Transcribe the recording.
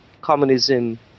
communism